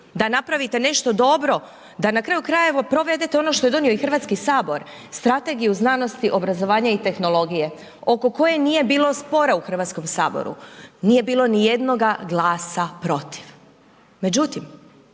da napravite nešto dobro, da na kraju krajeva provedete ono što je donio i Hrvatski Sabor, Strategiju znanosti, obrazovanja i tehnologije oko koje nije bilo spora u Hrvatskom saboru, nije bilo niti jednoga glasa protiv.